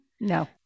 No